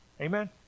Amen